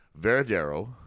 Veradero